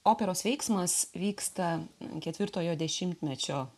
operos veiksmas vyksta ketvirtojo dešimtmečio